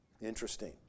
Interesting